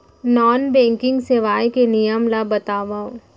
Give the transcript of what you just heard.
Non banking सेवाएं के नियम ला बतावव?